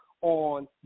on